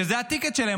שזה הטיקט שלהם,